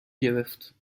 گرفت